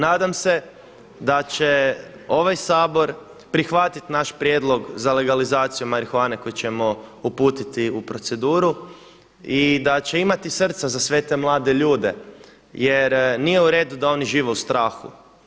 Nadam se da će ovaj Sabor prihvatit naš prijedlog za legalizaciju marihuane koji ćemo uputiti u proceduru i da će imati srca za sve te mlade ljude, jer nije u redu da oni žive u strahu.